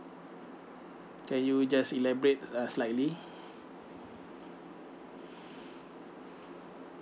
can you just elaborate uh slightly